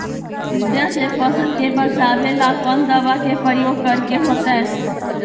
टिड्डा से फसल के बचावेला कौन दावा के प्रयोग करके होतै?